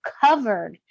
covered